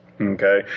Okay